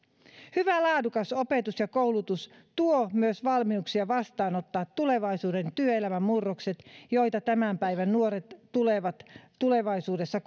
hyvä laadukas opetus ja koulutus tuovat myös valmiuksia vastaanottaa tulevaisuuden työelämän murrokset joita tämän päivän nuoret tulevat tulevaisuudessa